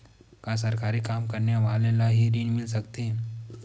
का सरकारी काम करने वाले ल हि ऋण मिल सकथे?